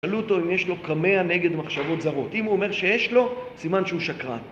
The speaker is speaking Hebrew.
שאלו אותו אם יש לו כמעה נגד מחשבות זרות אם הוא אומר שיש לו, זימן שהוא שקרן